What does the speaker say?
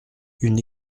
une